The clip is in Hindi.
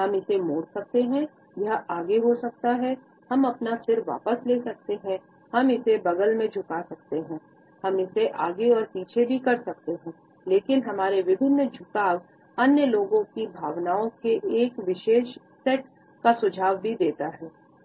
हम इसे मोड़ सकते है यह आगे हो सकता है हम अपना सिर वापस ले सकते हैं हम इसे बग़ल में झुका सकते हैं हम इसे आगे और पीछे भी कर सकते हैं हमारे विभिन्न झुकाव